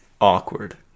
awkward